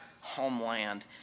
homeland